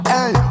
Hey